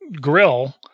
grill